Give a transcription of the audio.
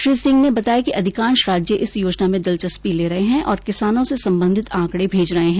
श्री सिंह ने बताया कि अधिकांश राज्य इस योजना में दिलचस्पी ले रहे हैं और किसानों से संबंधित आंकड़े भेज रहे हैं